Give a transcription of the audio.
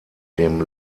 dem